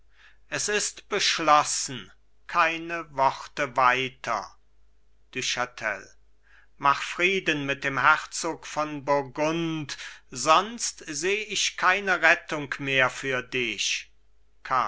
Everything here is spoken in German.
es ist beschlossen keine worte weiter du chatel mach frieden mit dem herzog von burgund sonst seh ich keine rettung mehr für dich